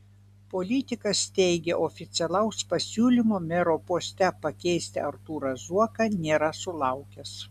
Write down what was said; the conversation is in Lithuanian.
politikas teigė oficialaus pasiūlymo mero poste pakeisti artūrą zuoką nėra sulaukęs